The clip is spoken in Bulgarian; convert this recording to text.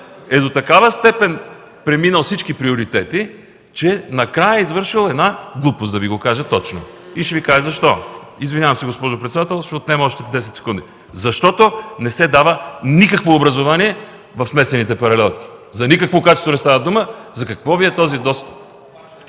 е до такава степен преминал всички приоритети, че накрая е извършил една глупост, да Ви го кажа точно. И ще Ви кажа защо. (Председателят дава знак, че времето изтича.) Извинявам се, госпожо председател, ще отнема още десет секунди. Защото не се дава никакво образование в смесените паралелки. За никакво качество не става дума. За какво Ви е този достъп?